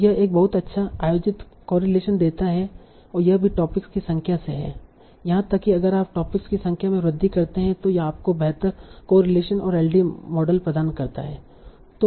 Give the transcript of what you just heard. और यह एक बहुत अच्छा आयोजित कोरिलेशन देता है यह भी टॉपिक्स की संख्या से है यहां तक कि अगर आप टॉपिक्स की संख्या में वृद्धि करते हैं तो यह आपको बेहतर कोरिलेशन और एलडीए मॉडल प्रदान करता है